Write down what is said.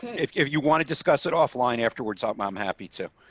if you want to discuss it offline afterwards. i'm, i'm happy to.